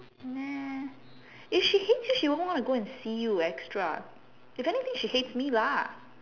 neh if she hates you she won't want to go and see you extra if anything she hates me lah